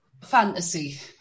fantasy